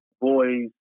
boys